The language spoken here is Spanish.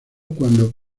cuando